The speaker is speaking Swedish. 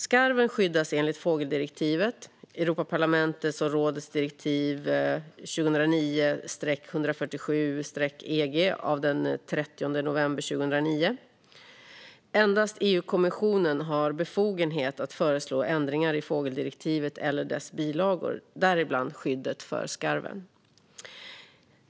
Skarven skyddas enligt fågeldirektivet, Europaparlamentets och rådets direktiv 2009 EG av den 30 november 2009. Endast EU-kommissionen har befogenhet att föreslå ändringar i fågeldirektivet eller dess bilagor, däribland skyddet för skarven.